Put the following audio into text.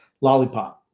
lollipop